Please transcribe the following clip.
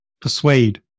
persuade